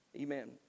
Amen